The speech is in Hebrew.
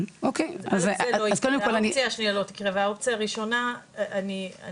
האופציה הראשונה לא